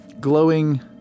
glowing